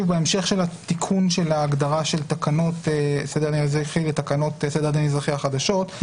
בהמשך של התיקון של ההגדרה של תקנות סדר הדין האזרחי החדשות,